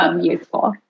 useful